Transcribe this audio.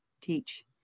teach